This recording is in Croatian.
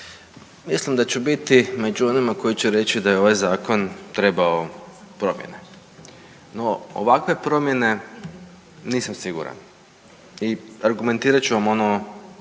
Mislim da ću biti među onima koji će reći da je ovaj zakon trebao promjene, no u ovakve promjene nisam siguran i argumentirat ću vam ono